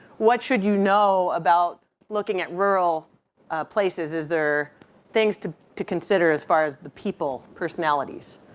what should you know about looking at rural places? is there things to to consider as far as the people, personalities?